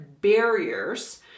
barriers